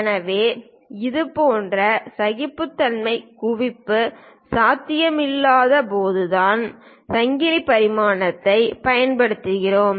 எனவே இதுபோன்ற சகிப்புத்தன்மை குவிப்பு சாத்தியமில்லாதபோதுதான் சங்கிலி பரிமாணத்தைப் பயன்படுத்துகிறோம்